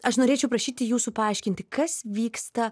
aš norėčiau prašyti jūsų paaiškinti kas vyksta